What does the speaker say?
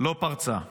לא פרצה.